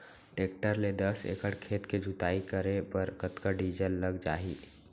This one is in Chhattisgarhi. टेकटर ले दस एकड़ खेत के जुताई करे बर कतका डीजल लग जाही?